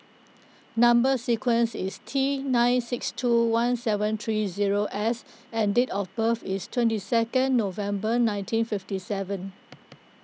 Number Sequence is T nine six two one seven three zero S and date of birth is twenty second November nineteen fifty seven